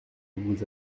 vous